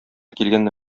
килгәнне